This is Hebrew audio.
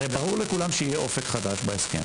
הרי ברור לכולם שיהיה אופק חדש בהסכם.